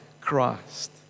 Christ